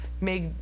make